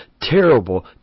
terrible